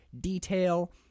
detail